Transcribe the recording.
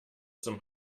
zum